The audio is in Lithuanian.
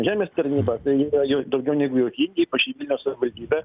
žemės tarnybą tai yra jau daugiau negu juokingi ypač į vilniaus savivaldybę